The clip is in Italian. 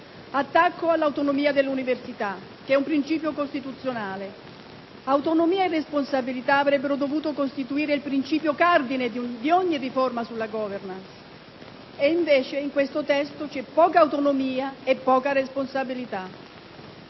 l'attacco all'autonomia delle università, che è un principio costituzionale. Autonomia e responsabilità avrebbero dovuto costituire il principio cardine di ogni riforma sulla *governance*. E, invece, in questo testo c'è poca autonomia e poca responsabilità.